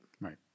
Right